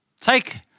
Take